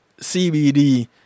CBD